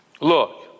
look